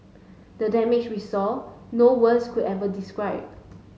the damage we saw no words could ever describe